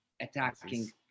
attacking